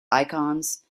icons